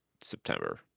September